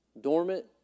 dormant